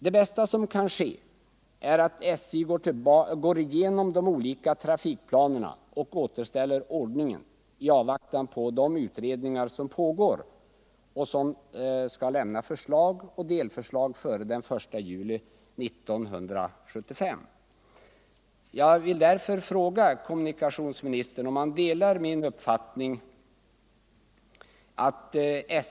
Det bästa som kan ske är att SJ går igenom de olika trafikplanerna och återställer ordningen i avvaktan på de utredningar som pågår och som skall lämna förslag och delförslag före den 1 juli 1975.